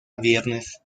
viernes